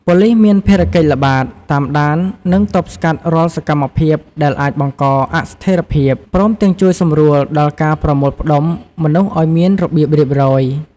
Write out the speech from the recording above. ប៉ូលិសមានភារកិច្ចល្បាត តាមដាន និងទប់ស្កាត់រាល់សកម្មភាពដែលអាចបង្កអស្ថេរភាព ព្រមទាំងជួយសម្រួលដល់ការប្រមូលផ្ដុំមនុស្សឱ្យមានរបៀបរៀបរយ។